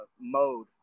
mode